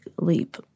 leap